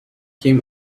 came